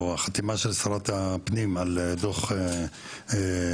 החתימה של שרת הפנים על דוח קלעג'י,